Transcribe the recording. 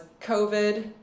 COVID